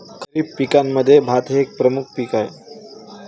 खरीप पिकांमध्ये भात हे एक प्रमुख पीक आहे